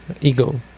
ego